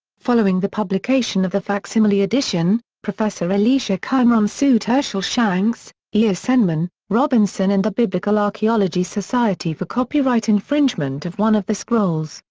following the publication of the facsimile edition, professor elisha qimron sued hershel shanks, yeah ah so eisenman, robinson and the biblical archaeology society for copyright infringement of one of the scrolls,